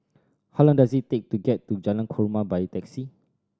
how long does it take to get to Jalan Korma by taxi